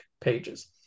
pages